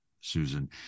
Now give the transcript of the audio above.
Susan